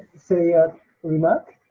say a remark.